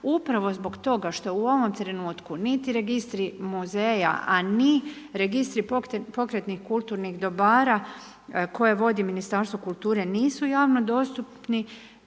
upravo zbog toga što u ovom trenutku niti registri muzeja, a ni registri pokretnih kulturnih dobara koje vodi Ministarstvo kulture nisu javno dostupni,